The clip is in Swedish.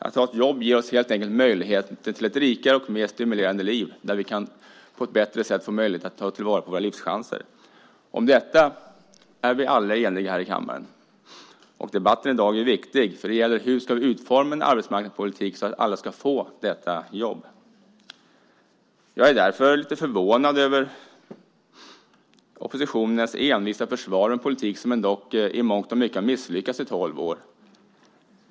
Att ha ett jobb ger oss helt enkelt möjligheter till ett rikare och mer stimulerande liv, där vi på ett bättre sätt kan få möjlighet att ta till vara våra livschanser. Om detta är vi alla eniga här i kammaren. Debatten i dag är viktig, för den gäller hur vi ska utforma en arbetsmarknadspolitik så att alla ska få detta jobb. Jag är därför lite förvånad över oppositionens envisa försvar av en politik som i mångt och mycket har misslyckats i tolv år.